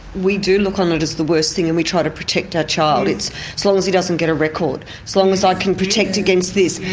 we do look on it as the worst thing, and we try to protect our child it's as long as he doesn't get a record, so long as i can protect against this,